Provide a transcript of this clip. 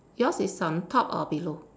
yours is on top or below